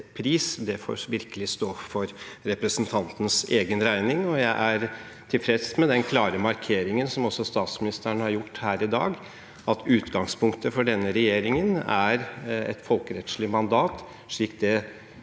Det får virkelig stå for representanten Slagsvold Vedums egen regning. Jeg er tilfreds med den klare markeringen som også statsministeren har gjort her i dag, nemlig at utgangspunktet for denne regjeringen er et folkerettslig mandat, slik det